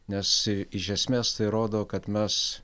nes iš esmės tai rodo kad mes